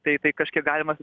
tai tai kažkiek galima